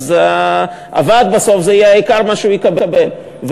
זה עיקר מה שיקבל הוועד בסוף.